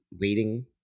waiting